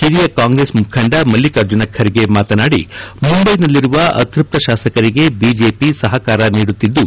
ಹಿರಿಯ ಕಾಂಗ್ರೆಸ್ ಮುಖಂಡ ಮಲ್ಲಿಕಾರ್ಜುನ ಖರ್ಗೆ ಮಾತನಾಡಿ ಮುಂದೈನಲ್ಲಿರುವ ಅತೃಪ್ತ ಶಾಸಕರಿಗೆ ಬಿಜೆಪಿ ಸಹಕಾರ ನೀಡುತ್ತಿದ್ದು